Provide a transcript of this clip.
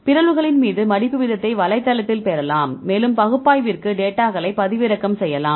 பிறழ்வுகளின் மீது மடிப்பு வீதத்தைப் வலைத்தளத்தில் பெறலாம் மேலும் பகுப்பாய்விற்கு டேட்டாக்களைப் பதிவிறக்கம் செய்யலாம்